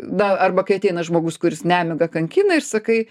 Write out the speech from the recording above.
na arba kai ateina žmogus kuris nemiga kankina ir sakai